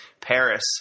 Paris